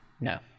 No